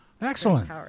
Excellent